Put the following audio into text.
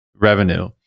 revenue